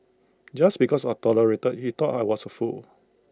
just because I tolerated he thought I was A fool